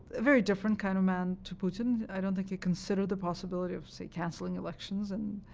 a very different kind of man to putin. i don't think he considered the possibility of, say, canceling elections and